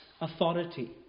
authority